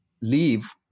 leave